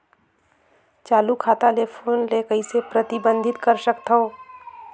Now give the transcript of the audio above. चालू खाता ले फोन ले कइसे प्रतिबंधित कर सकथव?